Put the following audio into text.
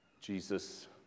Jesus